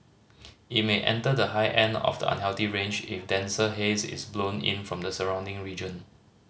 it may enter the high end of the unhealthy range if denser haze is blown in from the surrounding region